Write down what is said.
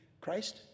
Christ